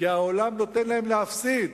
כי העולם נותן להם להפסיד